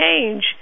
change